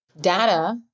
data